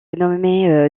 nommée